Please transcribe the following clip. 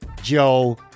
Joe